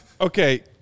Okay